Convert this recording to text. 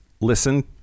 listen